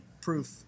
proof